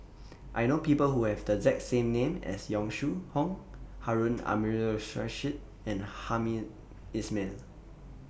I know People Who Have The exact same name as Yong Shu Hoong Harun Aminurrashid and Hamed Ismail